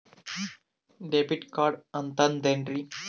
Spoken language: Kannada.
ಡೆಬಿಟ್ ಕಾರ್ಡ್ ಅಂತಂದ್ರೆ ಏನ್ರೀ?